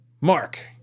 mark